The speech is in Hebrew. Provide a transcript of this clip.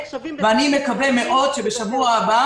אני מקווה מאוד שבשבוע הבא